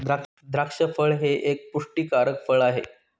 द्राक्ष फळ हे एक पुष्टीकारक फळ आहे